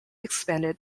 expanded